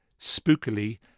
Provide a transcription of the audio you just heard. Spookily